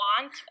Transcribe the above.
want